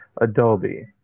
Adobe